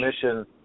commission